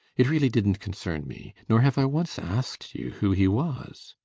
it really didn't concern me nor have i once asked you who he was!